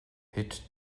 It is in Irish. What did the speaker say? thit